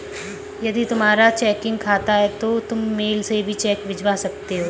यदि तुम्हारा चेकिंग खाता है तो तुम मेल से भी चेक भिजवा सकते हो